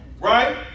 Right